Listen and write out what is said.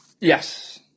Yes